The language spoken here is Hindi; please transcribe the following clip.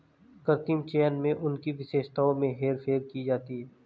कृत्रिम चयन में उनकी विशेषताओं में हेरफेर की जाती है